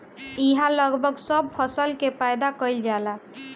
इहा लगभग सब फसल के पैदा कईल जाला